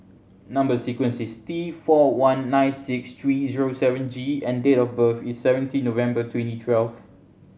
number sequence is T four one nine six three zero seven G and date of birth is seventeen November twenty twelve